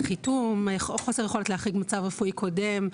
איטום או חוסר יכולת להחריג מצב רפואי קודם.